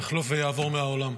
יחלוף ויעבור מהעולם.